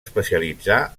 especialitzar